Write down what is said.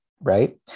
right